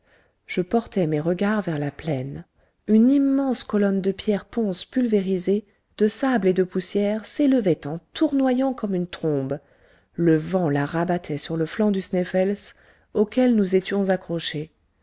je portai mes regards vers la plaine une immense colonne de pierre ponce pulvérisée de sable et de poussière s'élevait en tournoyant comme une trombe le vent la rabattait sur le flanc du sneffels auquel nous étions accrochés